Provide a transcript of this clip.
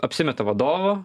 apsimeta vadovu